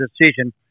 decision